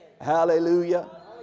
Hallelujah